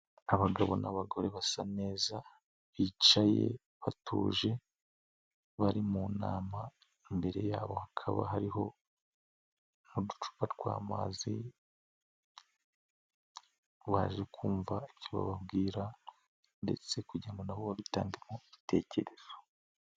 Abagabo n'abagore basa neza bicaye batuje, bari mu nama imbere yabo hakaba hariho n'uducupa tw'amazi, baje kumva ibyo bababwira ndetse kugira ngo nabo babitangemo bitekerezo.